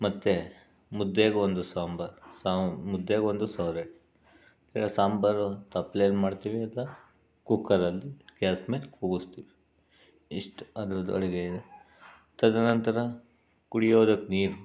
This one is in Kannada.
ಮತ್ತೆ ಮುದ್ದೆಗೂ ಒಂದು ಸಾಂಬಾರು ಸಾಂಬ್ ಮುದ್ದೆಗೂ ಒಂದು ಸೌದೆ ಈಗ ಸಾಂಬಾರು ತಪ್ಲೆಲಿ ಮಾಡ್ತೀವಿ ಇಲ್ಲ ಕುಕ್ಕರಲ್ಲಿ ಗ್ಯಾಸ್ ಮೇಲೆ ಕೂಗಿಸ್ತೀವಿ ಇಷ್ಟು ಅದ್ರದ್ದು ಅಡುಗೆ ತದನಂತರ ಕುಡಿಯೋದಕ್ಕೆ ನೀರು